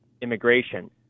immigration